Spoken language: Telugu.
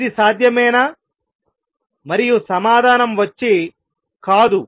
ఇది సాధ్యమేనా మరియు సమాధానం వచ్చి కాదు